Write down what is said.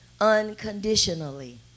unconditionally